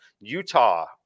Utah